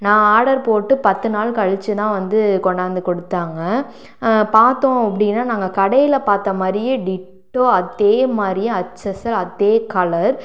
நான் ஆர்டர் போட்டு பத்து நாள் கழிச்சு தான் வந்து கொண்டாந்து கொடுத்தாங்க பார்த்தோம் அப்படின்னா நாங்கள் கடையில் பார்த்தமாரியே டிட்டோ அதே மாரியே அச்சசல் அதே கலர்